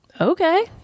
okay